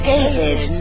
David